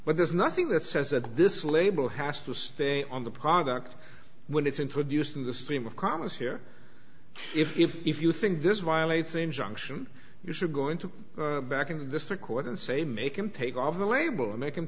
but there's nothing that says that this label has to stay on the product when it's introduced in the stream of commerce here if you think this violates injunction you should go into back in the district court and say make him take off the label and make him